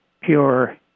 pure